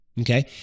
okay